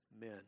men